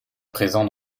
présent